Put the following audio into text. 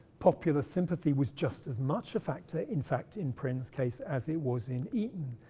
popular sympathy was just as much a factor, in fact, in prynne's case as it was in eaton's,